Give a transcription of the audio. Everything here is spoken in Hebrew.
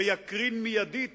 זה יקרין מיידית